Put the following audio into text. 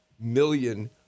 million